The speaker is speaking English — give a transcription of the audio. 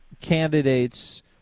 candidates